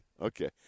Okay